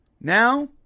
now